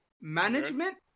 management